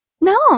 No